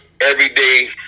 everyday